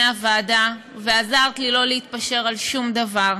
הוועדה ועזרת לי לא להתפשר על שום דבר,